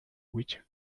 which